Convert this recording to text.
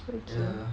ya